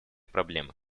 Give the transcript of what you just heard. проблемы